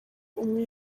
umwe